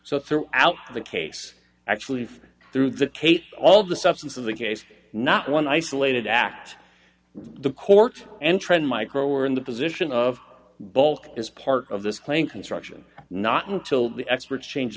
so threw out the case actually flew through the tape all the substance of the case not one isolated act the court and trend micro are in the position of bulk as part of this claim construction not until the experts change